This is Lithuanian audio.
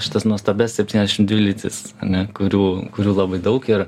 šitas nuostabias septyniasdešim dvi lytis ane kurių kurių labai daug ir